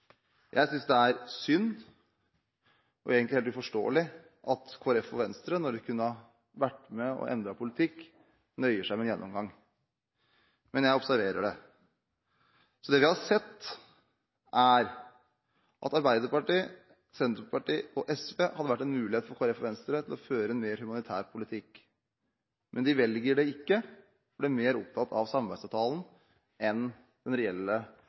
Jeg synes det er synd og egentlig helt uforståelig at Kristelig Folkeparti og Venstre, når de kunne vært med og endret politikken, nøyer seg med en gjennomgang. Men jeg observerer det. Det vi har sett, er at Arbeiderpartiet, Senterpartiet og SV har gitt Kristelig Folkeparti og Venstre en mulighet til å føre en mer humanitær politikk. Men de velger det ikke, for de er mer opptatt av samarbeidsavtalen enn av den reelle